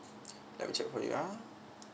let me check for you ah